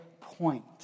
point